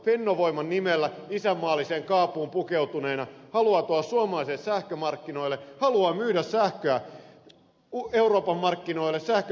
on fennovoiman nimellä isänmaalliseen kaapuun pukeutuneena haluaa tulla suomalaisille sähkömarkkinoille haluaa myydä sähköä euroopan markkinoille sähköpörssiin ja kerätä voitot